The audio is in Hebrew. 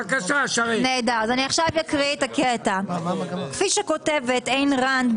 בסעיף קטן (ב): הוראות סעיף קטן (א)